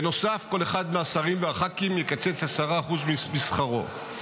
בנוסף, כל אחד מהשרים והח"כים יקצץ 10% משכרו.